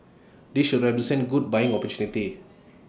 this should represent good buying opportunity